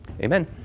amen